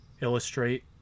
illustrate